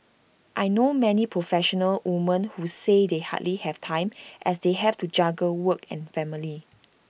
I know many professional women who say they hardly have time as they have to juggle work and family